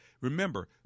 Remember